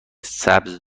سبز